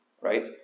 right